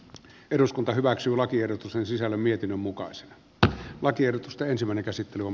eduskunta hyväksyy lakiehdotus on sisällä mietinnön mukaan se että lakiehdotusta ensimmäinen käsittely on